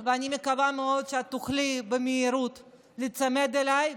ואני מקווה מאוד שאת תוכלי במהירות להיצמד אליי,